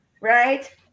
right